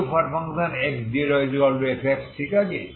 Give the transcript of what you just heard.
ux0f ঠিক আছে